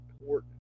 important